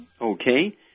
Okay